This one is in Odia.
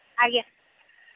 ଆଜ୍ଞା